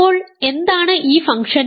അപ്പോൾ എന്താണ് ഈ ഫംഗ്ഷൻ